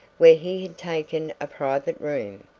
where he had taken a private room.